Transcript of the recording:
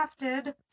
crafted